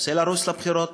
רוצה לרוץ לבחירות,